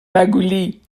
مگولی